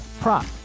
prop